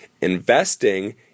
Investing